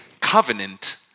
covenant